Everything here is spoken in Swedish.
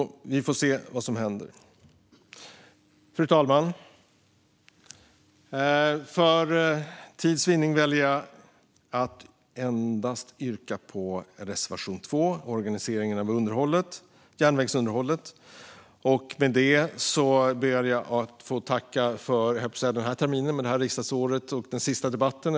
Vi får se vad som händer. Fru talman! För tids vinning väljer jag att endast yrka bifall till reservation 2 om organiseringen av järnvägsunderhållet. Med det ber jag att få tacka för det här riksdagsåret - jag höll på att säga terminen - och den sista debatten.